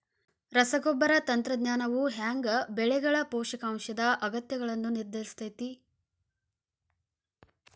ರಸಗೊಬ್ಬರ ತಂತ್ರಜ್ಞಾನವು ಹ್ಯಾಂಗ ಬೆಳೆಗಳ ಪೋಷಕಾಂಶದ ಅಗತ್ಯಗಳನ್ನ ನಿರ್ಧರಿಸುತೈತ್ರಿ?